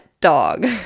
dog